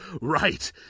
right